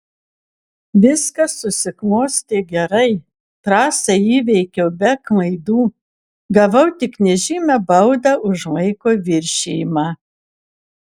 viskas susiklostė gerai trasą įveikiau be klaidų gavau tik nežymią baudą už laiko viršijimą